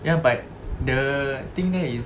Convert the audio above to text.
ya but the thing there is